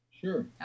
Sure